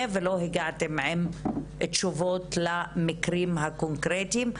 ולא הגעתם עם תשובות למקרים הקונקרטיים,